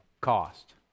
cost